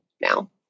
now